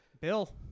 Bill